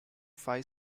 five